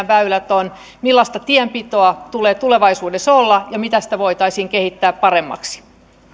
väylät ovat millaista tienpitoa tulee tulevaisuudessa olla ja miten sitä voitaisiin kehittää paremmaksi